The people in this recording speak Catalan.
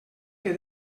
que